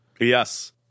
Yes